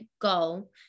goal